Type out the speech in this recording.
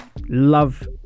love